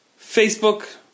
Facebook